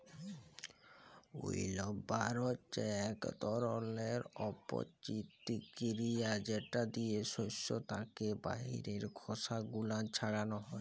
উইল্লবার হছে ইক ধরলের পরতিকিরিয়া যেট দিয়ে সস্য থ্যাকে বাহিরের খসা গুলান ছাড়ালো হয়